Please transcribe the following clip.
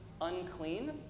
unclean